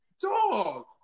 dog